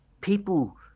People